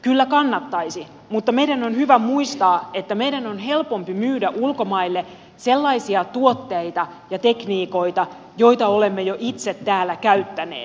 kyllä kannattaisi mutta meidän on hyvä muistaa että meidän on helpompi myydä ulkomaille sellaisia tuotteita ja tekniikoita joita olemme jo itse täällä käyttäneet